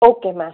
okay ma'am